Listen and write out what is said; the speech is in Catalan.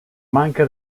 manca